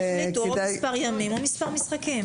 הם יחליטו או מספר ימים או מספר משחקים.